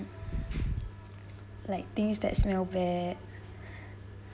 like things that smell bad